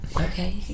Okay